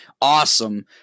awesome